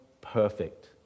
perfect